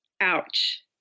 Ouch